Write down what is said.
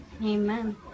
Amen